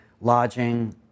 lodging